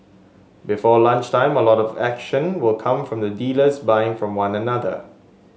before lunchtime a lot of the action will come from dealers buying from one another